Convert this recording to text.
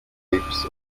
pipes